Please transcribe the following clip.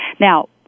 Now